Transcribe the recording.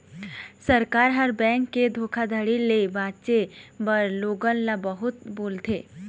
सरकार ह, बेंक के धोखाघड़ी ले बाचे बर लोगन ल बहुत बोलथे